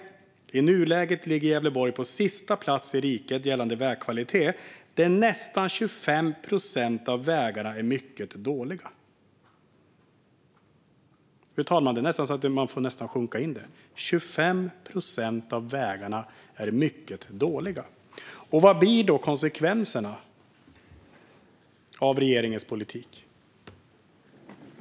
Texten fortsätter längre ned: "I nuläget ligger Gävleborg på sista plats i riket gällande vägkvaliteten, där nästan 25 procent av vägarna är 'mycket dåliga'." Fru talman! Det får vi nästan låta sjunka in: 25 procent av vägarna är mycket dåliga. Vad blir då konsekvenserna av regeringens politik?